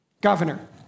governor